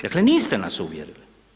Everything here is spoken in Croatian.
Dakle niste nas uvjerili.